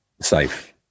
Safe